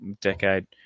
decade